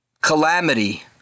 Calamity